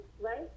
right